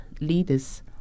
leaders